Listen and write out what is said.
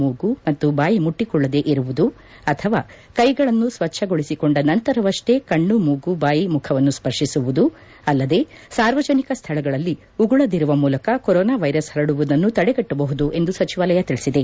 ಮೂಗು ಮತ್ತು ಬಾಯಿ ಮುಟ್ಟಕೊಳ್ಳದಿರುವದು ಅಥವಾ ಕೈಗಳನ್ನು ಸ್ವಚ್ಛಗೊಳಿಸಿದ ನಂತರವಷ್ಟೇ ಕಣ್ಣು ಮೂಗು ಬಾಯಿ ಮುಖವನ್ನು ಸ್ಪರ್ತಿಸುವುದು ಅಲ್ಲದೆ ಸಾರ್ವಜನಿಕ ಸ್ಥಳಗಳಲ್ಲಿ ಉಗುಳದಿರುವ ಮೂಲಕ ಕೊರೊನಾ ವೈರಸ್ ಪರಡುವುದನ್ನು ತಡೆಗಟ್ಟಬಹುದು ಎಂದು ಸಚಿವಾಲಯ ತಿಳಿಸಿದೆ